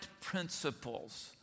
principles